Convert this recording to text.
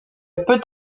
peut